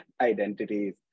identities